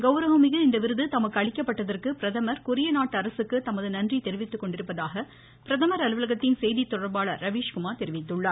கௌரவமிகு இந்த விருது தமக்கு அளிக்கப்பட்டதற்கு பிரதமர் கொரிய நாட்டு அரசுக்கு தமது நன்றி தெரிவித்துக்கொண்டிருப்பதாக பிரதமர் அலுவலகத்தின் செய்தி தொடர்பாளர் ராவீஷ்குமார் தெரிவித்திருக்கிறார்